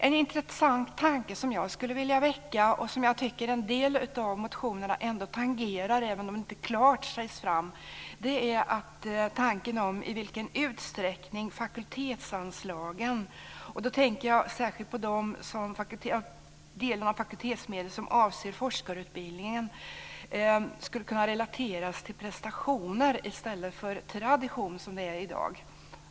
En intressant tanke som jag skulle vilja väcka, och som jag tycker att en del av motionerna tangerar även om det klart sägs ut, är i vilken utsträckning fakultetsanslagen, och då tänker jag särskilt på den delen av fakultetsmedlen som avser forskarutbildningen, skulle kunna relateras till prestationer i stället för till traditioner som sker i dag.